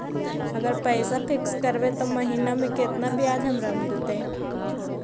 अगर पैसा फिक्स करबै त महिना मे केतना ब्याज हमरा मिलतै?